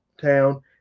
town